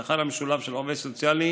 השכר המשולב של עובד סוציאלי